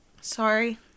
Sorry